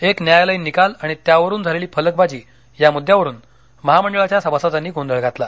एक न्यायालयीन निकाल आणि त्यावरून झालेली फलकबाजी यामुद्यावरून महामंडळाच्या सभासदांनी गोंधळ घातला